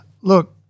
Look